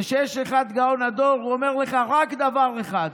זה שיש אחד גאון הדור, הוא אומר לך: רק דבר אחד,